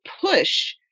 push